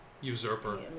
usurper